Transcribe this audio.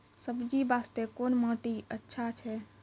सब्जी बास्ते कोन माटी अचछा छै?